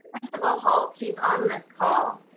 but halt he's on this call.